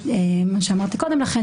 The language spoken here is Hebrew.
כפי שאמרתי קודם לכן,